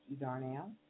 Darnell